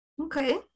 Okay